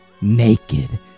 Naked